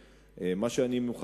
הם מאמינים שכן.